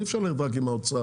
אי אפשר להיות רק עם האוצר,